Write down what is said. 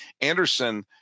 Anderson –